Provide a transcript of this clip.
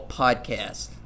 podcast